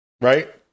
Right